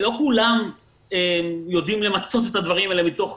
לא כולם יודעים למצות את הדברים האלה מתוך